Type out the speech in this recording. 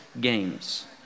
games